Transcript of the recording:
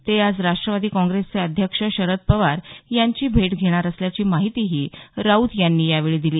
ते आज राष्टवादी काँग्रेसचे अध्यक्ष शरद पवार यांची भेट घेणार असल्याची माहितीही राऊत यांनी यावेळी दिली